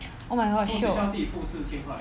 oh my god shiok